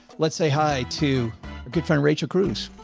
let's say hi to a good friend, rachel cruz,